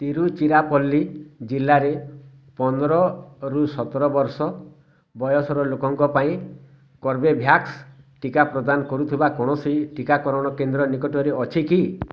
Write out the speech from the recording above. ତିରୁଚିରାପଲ୍ଲୀ ଜିଲ୍ଲାରେ ପନ୍ଦରରୁ ସତର ବର୍ଷ ବୟସର ଲୋକଙ୍କ ପାଇଁ କର୍ବେଭ୍ୟାକ୍ସ ଟିକା ପ୍ରଦାନ କରୁଥିବା କୌଣସି ଟିକାକରଣ କେନ୍ଦ୍ର ନିକଟରେ ଅଛି କି